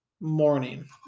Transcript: morning